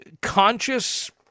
conscious